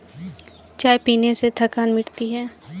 चाय पीने से थकान मिटती है